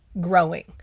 growing